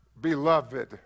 beloved